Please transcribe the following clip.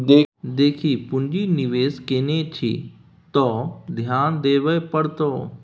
देखी पुंजी निवेश केने छी त ध्यान देबेय पड़तौ